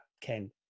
Ken